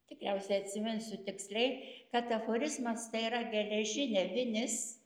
tikriausiai atsiminsiu tiksliai kad aforizmas tai yra geležinė vinis